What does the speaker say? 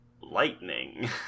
lightning